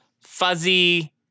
fuzzy